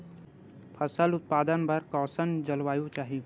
फसल उत्पादन बर कैसन जलवायु चाही?